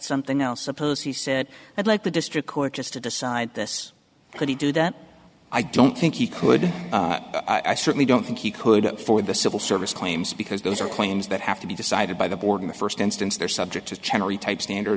something else suppose he said i'd like the district court just to decide this could he do that i don't think he could i certainly don't think he could afford the civil service claims because those are claims that have to be decided by the board in the first instance they're subject to cherry type standard